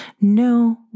No